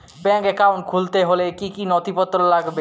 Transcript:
Bank account খুলতে হলে কি কি নথিপত্র লাগবে?